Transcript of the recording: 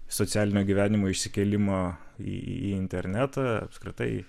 socialinio gyvenimo išsikėlimo į internetą apskritai